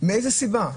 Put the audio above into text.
מאיזה סיבה?